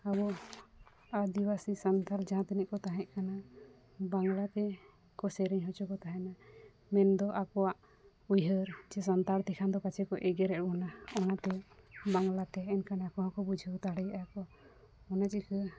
ᱟᱵᱚ ᱟᱹᱫᱤᱵᱟᱹᱥᱤ ᱥᱟᱶᱛᱟᱞ ᱡᱟᱦᱟᱸ ᱛᱤᱱᱟᱹᱜ ᱠᱚ ᱛᱟᱦᱮᱸᱠᱟᱱᱟ ᱵᱟᱝᱞᱟ ᱛᱮᱠᱚ ᱥᱮᱨᱮᱧ ᱦᱚᱪᱚ ᱠᱚ ᱛᱟᱦᱮᱱᱟ ᱢᱮᱱᱫᱚ ᱟᱠᱚᱣᱟᱜ ᱩᱭᱦᱟᱹᱨ ᱥᱟᱱᱛᱟᱲ ᱛᱮᱠᱷᱟᱱ ᱫᱚ ᱯᱟᱪᱷᱮ ᱠᱚ ᱮᱜᱮᱨᱮᱫ ᱵᱚᱱᱟ ᱚᱱᱟᱛᱮ ᱵᱟᱝᱞᱟᱛᱮ ᱮᱱᱠᱷᱟᱱ ᱟᱠᱚ ᱦᱚᱸᱠᱚ ᱵᱩᱡᱷᱟᱹᱣ ᱫᱟᱲᱮᱭᱟᱜᱼᱟᱠᱚ ᱚᱱᱟ ᱪᱤᱠᱟᱹ